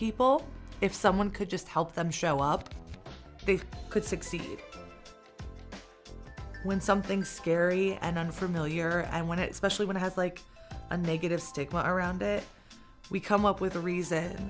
people if someone could just help them show up they could succeed when something scary and unfamiliar and when it specially when has like a negative stigma around it we come up with the reason